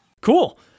cool